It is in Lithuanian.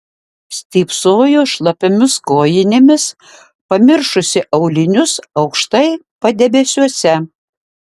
stypsojo šlapiomis kojinėmis pamiršusi aulinius aukštai padebesiuose